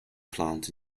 plant